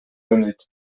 ойнойт